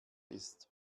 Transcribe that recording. ist